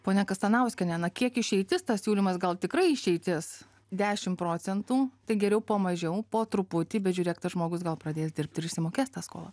ponia kastanauskienė na kiek išeitis tas siūlymas gal tikrai išeitis dešim procentų tai geriau po mažiau po truputį bet žiūrėk tas žmogus gal pradės dirbti ir išsimokės tą skolą